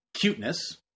cuteness